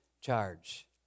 charge